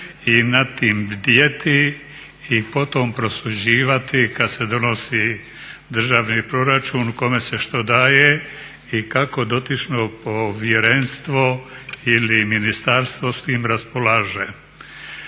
i na tim bdjeti i po tom prosuđivati kad se donosi državni proračun kome se što daje i kako dotično povjerenstvo ili ministarstvo s tim raspolaže.